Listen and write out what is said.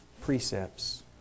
precepts